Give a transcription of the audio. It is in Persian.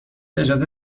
اجازه